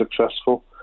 successful